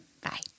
bye